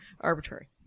arbitrary